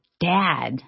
dad